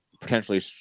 potentially